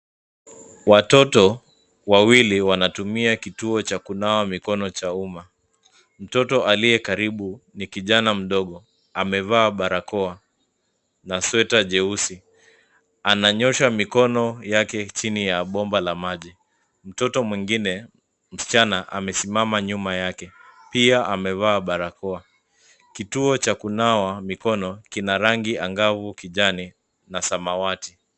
Watoto wawili wanatumia kituo cha kunawa mikono cha umma. Mtoto aliyekaribu ni kijana mdogo, amevaa barakoa na sweta jeusi. Anayoosha mikono yake chini ya bomba la maji. Mtoto mwengine, msichana, amesimama nyuma yake. Pia amevaa barakoa. Kituo cha kunawa mikono kina rangi angavu kijani, na samawati.